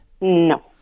No